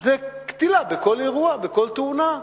זה קטילה בכל אירוע, בכל תאונה.